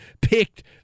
picked